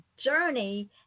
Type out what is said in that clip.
journey